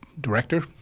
director